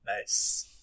Nice